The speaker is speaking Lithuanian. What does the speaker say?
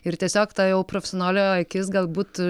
ir tiesiog tą jau profesionalioji akis galbūt